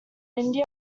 india